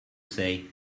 say